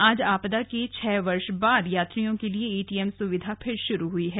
आज आपदा के छह वर्ष बाद यात्रियों के लिए एटीएम सुविधा शुरू हुई है